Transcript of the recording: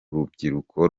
rubyiruko